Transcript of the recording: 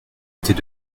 était